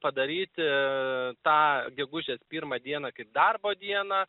padaryti tą gegužės pirmą dieną kaip darbo dieną